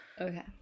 Okay